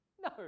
No